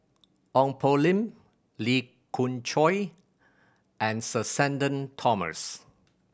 Ong Poh Lim Lee Khoon Choy and Sir Shenton Thomas